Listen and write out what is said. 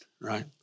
right